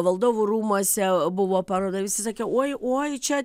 valdovų rūmuose buvo paroda visi sakė oi oi čia